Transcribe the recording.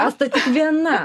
asta tik viena